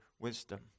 wisdom